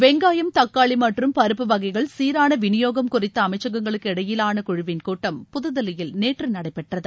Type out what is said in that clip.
வெங்காயம் தக்காளி மற்றும் பருப்பு வகைகள் சீரான விநியோகம் குறித்த அமைச்சகங்களுக்கு இடையிலான குழுவின் கூட்டம் புதுதில்லியில் நேற்று நடைபெற்றது